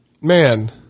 Man